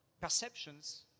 Perceptions